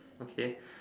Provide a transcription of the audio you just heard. okay